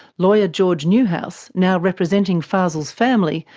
lawyer george newhouse, now representing fazel's family,